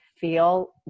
feel